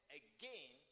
again